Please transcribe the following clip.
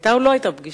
היתה או לא היתה פגישה?